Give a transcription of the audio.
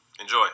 enjoy